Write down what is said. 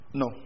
no